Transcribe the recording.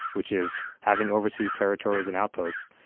which is having overseas territories and outposts,